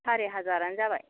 सारि हाजारानो जाबाय